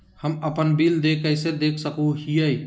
हम अपन बिल देय कैसे देख सको हियै?